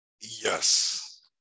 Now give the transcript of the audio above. Yes